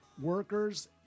workers